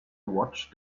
watched